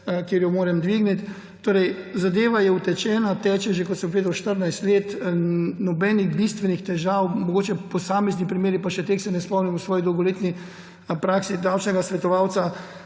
kjer jo moram dvigniti. Zadeva je utečena, teče že, kot sem povedal, 14 let. Nobenih bistvenih težav, mogoče posamezni primeri, pa še teh se ne spomnim v svoji dolgoletni praksi davčnega svetovalca.